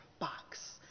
box